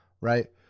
right